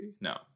No